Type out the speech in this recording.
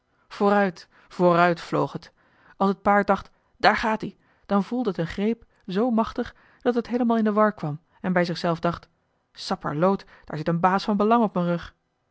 vooruit vooruit vloog het als het paard dacht daar gaat ie dan voelde het een greep zoo machtig dat het heelemaal in de war kwam en bij zichzelf dacht sapperloot daar zit een baas van belang op m'n rug